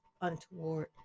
untoward